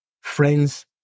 friends